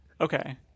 Okay